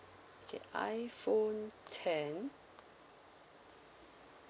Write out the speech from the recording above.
okay iphone ten